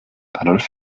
adolf